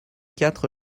quatre